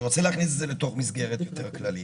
אני רוצה להכניס את זה לתוך מסגרת יותר כללית.